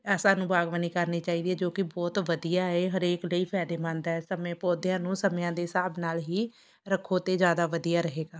ਆਹ ਸਾਨੂੰ ਬਾਗਬਾਨੀ ਕਰਨੀ ਚਾਹੀਦੀ ਹੈ ਜੋ ਕਿ ਬਹੁਤ ਵਧੀਆ ਏ ਹਰੇਕ ਲਈ ਫਾਈਦੇਮੰਦ ਹੈ ਸਮੇਂ ਪੌਦਿਆਂ ਨੂੰ ਸਮਿਆਂ ਦੇ ਹਿਸਾਬ ਨਾਲ਼ ਹੀ ਰੱਖੋ ਅਤੇ ਜ਼ਿਆਦਾ ਵਧੀਆ ਰਹੇਗਾ